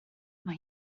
mae